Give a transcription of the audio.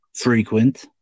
frequent